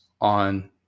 on